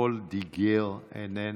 וולדיגר, איננה,